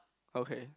okay